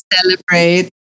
Celebrate